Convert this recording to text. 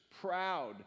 proud